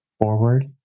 forward